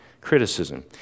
Criticism